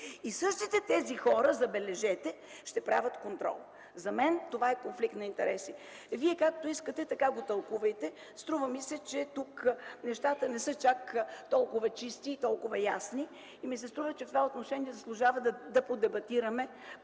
и същите тези хора, забележете, ще правят контрол. За мен това е конфликт на интереси. Вие както искате, така го тълкувайте. Струва ми се, че тук нещата не са чак толкова чисти и толкова ясни и в това отношение заслужава да дебатираме